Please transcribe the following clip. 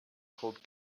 called